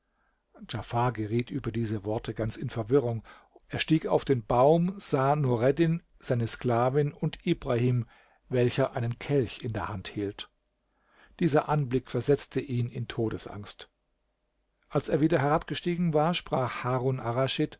geriet über diese worte ganz in verwirrung er stieg auf den baum sah nureddin seine sklavin und ibrahim welcher einen kelch in der hand hielt dieser anblick versetzte ihn in todesangst als er wieder herabgestiegen war sprach harun